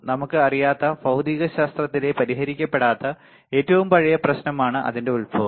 നമുക്ക് അറിയാത്ത ഭൌതികശാസ്ത്രത്തിലെ പരിഹരിക്കപ്പെടാത്ത ഏറ്റവും പഴയ പ്രശ്നമാണ് അതിന്റെ ഉത്ഭവം